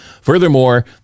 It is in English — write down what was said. Furthermore